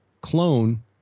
clone